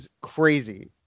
crazy